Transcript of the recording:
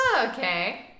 Okay